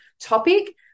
topic